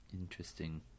Interesting